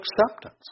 acceptance